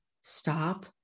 Stop